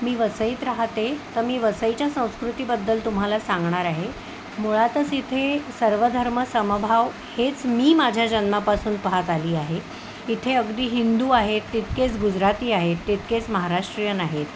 मी वसईत राहते तर मी वसईच्या संस्कृतीबद्दल तुम्हाला सांगणार आहे मुळातच इथे सर्वधर्म समभाव हेच मी माझ्या जन्मापासून पाहत आली आहे इथे अगदी हिंदू आहेत तितकेच गुजराती आहेत तितकेच महाराष्ट्रीयन आहेत